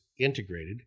integrated